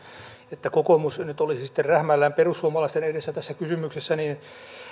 että kokoomus nyt olisi sitten rähmällään perussuomalaisten edessä tässä kysymyksessä niin